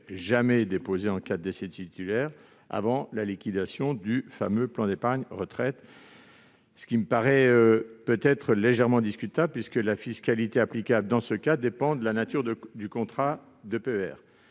jamais imposées en cas de décès de ses titulaires avant la liquidation du fameux plan d'épargne retraite, ce qui me paraît légèrement discutable, puisque la fiscalité applicable dans ce cas dépend de la nature du contrat de PER.